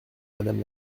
madame